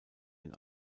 den